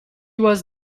was